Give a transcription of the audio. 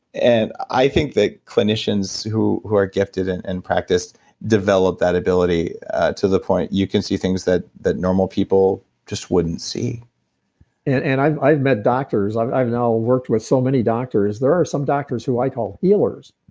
and i think that clinicians who who are gifted in and and practice develop that ability to the point you can see things that that normal people just wouldn't see and and i've i've met doctors, i've i've now worked with so many doctors. there are some doctors who i call healers.